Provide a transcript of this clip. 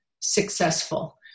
successful